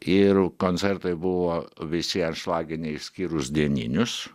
ir koncertai buvo visi anšlaginiai išskyrus dieninius